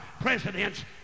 president's